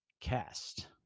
cast